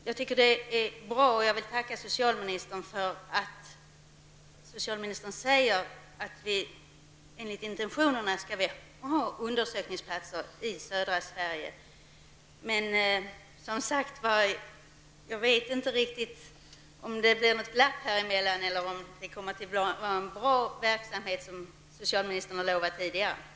Jag vill tacka socialministern för att socialministern säger att vi enligt intentionerna skall ha undersökningsplatser i södra Sverige, men jag undrar om det är något glapp mellan olika instanser eller om det kommer att bli en bra verksamhet, som socialministern tidigare har lovat.